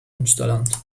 münsterland